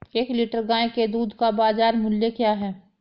एक लीटर गाय के दूध का बाज़ार मूल्य क्या है?